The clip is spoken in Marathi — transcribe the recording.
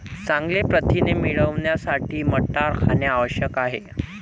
चांगले प्रथिने मिळवण्यासाठी मटार खाणे आवश्यक आहे